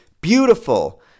Beautiful